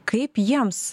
kaip jiems